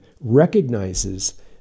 recognizes